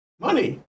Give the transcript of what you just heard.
Money